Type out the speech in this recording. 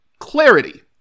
clarity